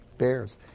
Bears